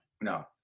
No